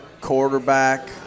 quarterback